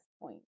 point